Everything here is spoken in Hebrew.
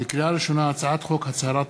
לקריאה ראשונה, מטעם הכנסת: הצעת חוק הצהרת